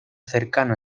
cercano